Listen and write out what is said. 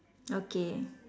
okay